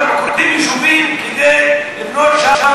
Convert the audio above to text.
שם עוקרים יישובים כדי לבנות שם,